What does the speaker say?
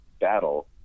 battle